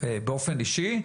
באופן אישי,